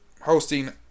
hosting